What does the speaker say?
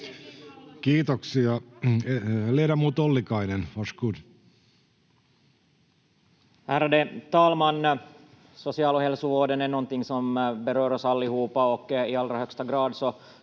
Kiitoksia. — Ledamot Ollikainen, varsågod.